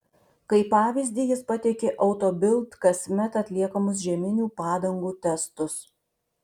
kaip pavyzdį jis pateikė auto bild kasmet atliekamus žieminių padangų testus